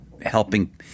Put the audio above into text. helping